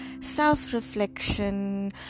self-reflection